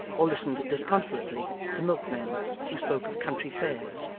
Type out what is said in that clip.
or listened disconsolately to milkmen who spoke of country fairs,